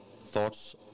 thoughts